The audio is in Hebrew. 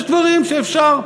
יש דברים שאפשר,